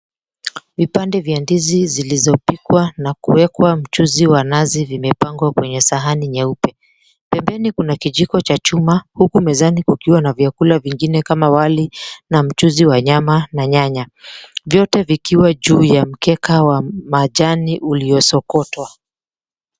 Vipande vya ndizi zilizopikwa na kuwekwa mchuzi wa nazi vimepangwa kwenye sahani nyeupe, pembeni kuna kijiko cha chuma huku mezani kukiwa na vyakula vingine kama wali na mchuzi wa nyama na nyanya ,vyote vikiwa ju𝑢 ya mkeka wa majani uliosokotwa.